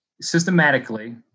systematically